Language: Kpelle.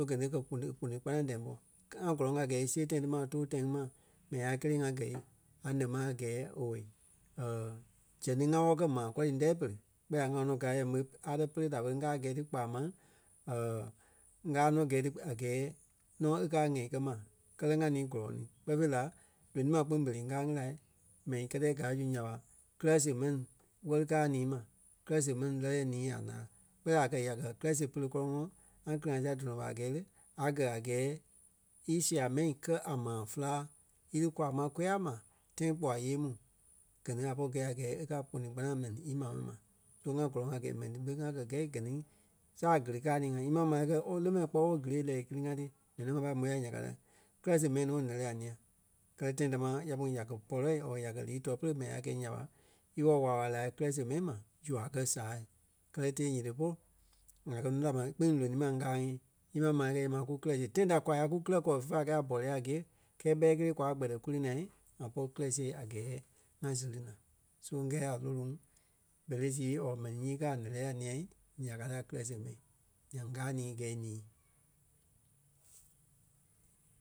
gɛ ni kɛ̀ kpono- kpono kpanaŋ tɛɛ ḿbɔ. ŋa gɔlɔŋ a gɛɛ e siɣe tãi ti ma e too tãi ŋí ma mɛni ŋai kélee ŋa gɛi a lɛ́ ma a gɛɛ owei zɛŋ ti ŋá wɔ́lɔ kɛ́ maa kɔri ńɛ̂i pere kpɛɛ la ŋa nɔ gaa yɛ ḿve a tɔɔ pɛ́lɛ da ɓé ŋ́gaa gɛ̀ ti kpaa máŋ ŋ́gaa nɔ gɛ̀ ti a gɛɛ nɔ e kɛ́ a ŋɛ́i kɛ ma, Kɛlɛ ŋá ni gɔlɔŋ ni kpɛɛ fêi la lonii ma kpîŋ berei ŋ́gaa ŋí la mɛni kɛtɛ gaa zu nya ɓa kírɛ siɣe mɛni ŋwɛ́li ŋ́gaa ni ma, kirɛ siɣe mɛni lɛ́lɛ nii a ńaa. Kpɛɛ la a kɛ̀ ya kɛ́ kirɛ siɣe pere gɔ́lɔŋɔɔ ŋá kili-ŋa sia dɔnɔ ɓa a gɛɛ le, a gɛ́ a gɛɛ e sia mɛni kɛ́ a maa féla í lí kwaa ma kôya ma tãi kpua yée mu. Gɛ ni a pɔri gɛi a gɛɛ e káa a kpono kpanaŋ mɛni ímaa mɛni ma. So ŋá gɔlɔŋ a gɛɛ mɛni ti ɓé ŋa kɛ gɛ́ gɛ ni saa kili káa ni ŋa. Ímaa ḿare kɛ ooo le mɛni kpɔ́ ooo gili e lɛ́ɛ íkili-ŋa ti zɛŋ nɔ ŋá pai mó ya nya ka ti. Kirɛ síɣe mɛni nɔ ɓé lɛ́lɛ a ńîi. Kɛlɛ tãi tamaa ya kpîŋ ya kɛ́ pɔlɔ or ya kɛ́ lii tûɛ-pere mɛni a kɛi nya ɓa íwɔ wála-wala laa kírɛ siɣe mɛni ma zu a kɛ̀ sàa. Kɛlɛ tee nyiti polu ŋa kɛ núu da ma kpîŋ lonii ma ŋ́gaa ŋí imaa ḿare ǹyɛɛ mai kú kirɛ siɣe tãi ta kwa ya kú kirɛ kɔɔ fé pâi kɛi a bolíɛɛ a gîe kɛɛ kpɛɛ kélee kwa kpɛtɛ kú lí naa ŋá pɔri kirɛ siɣe a gɛɛ ŋá séri naa. So ŋ́gɛɛ a nôloŋ berei sii or mɛni nyii káa a nɛ́lɛɛ a ńîa nya ka ti a kirɛ siɣe mɛni. Zɛŋ ŋ́gaa nii gɛi nii.